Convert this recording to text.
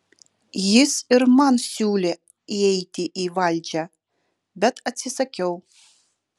jis ir man siūlė įeiti į valdžią bet atsisakiau